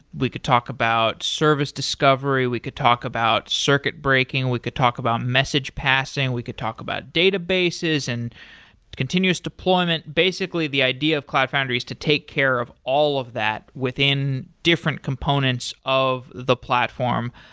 we could talk about service discovery, we could talk about circuit breaking, we could talk about message passing, we could talk about databases and continuous deployment. basically, the idea of cloud foundry is to take care of all of that within different components of the platform.